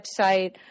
website